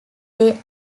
they